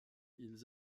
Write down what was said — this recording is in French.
ils